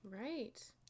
right